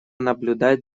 наблюдать